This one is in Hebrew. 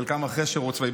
חלקם אחרי שירות צבאי,